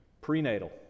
Prenatal